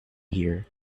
here